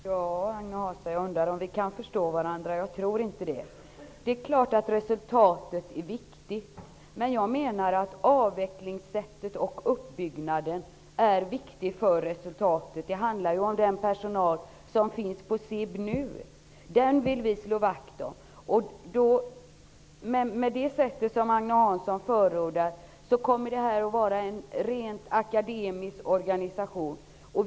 Herr talman! Jag undrar om Agne Hansson och jag kan förstå varandra. Jag tror inte det. Det är klart att resultatet är viktigt, men jag menar att avvecklingssättet och uppbyggnaden är avgörande för resultatet. Det handlar ju om den personal som nu finns på SIB. Den vill vi slå vakt om. Med det sätt som Agne Hansson förordar kommer detta att bli en rent akademisk organisation.